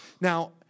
Now